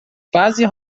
بعضی